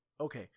Okay